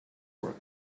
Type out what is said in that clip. work